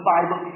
Bible